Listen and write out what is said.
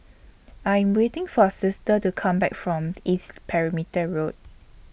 I Am waiting For Sister to Come Back from East Perimeter Road